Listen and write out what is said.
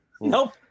Nope